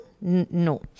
No